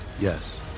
yes